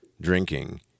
drinking